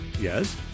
Yes